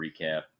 recap